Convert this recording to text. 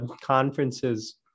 conferences